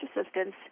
assistance